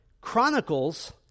Chronicles